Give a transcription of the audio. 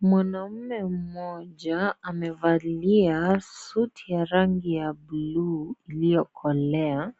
Mwanaume moja amevalia suti ya rangi ya buluu iliyokolea